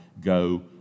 go